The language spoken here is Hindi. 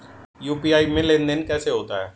यू.पी.आई में लेनदेन कैसे होता है?